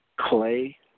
Clay